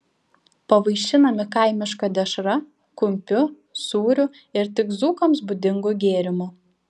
pavaišinami kaimiška dešra kumpiu sūriu ir tik dzūkams būdingu gėrimu